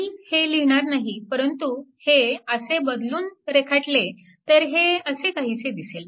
मी हे लिहीणार नाही परंतु हे असे बदलून रेखाटले तर हे असे काहीसे दिसेल